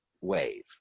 wave